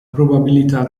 probabilità